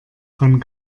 von